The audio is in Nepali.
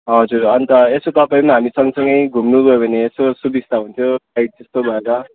हजुर अन्त यसो तपाईँ पनि हामीसँगसँगै घुम्नु गयो भने यसो सुबिस्ता हुन्थ्यो गाइड जस्तो भएर